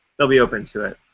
they'll be open to it.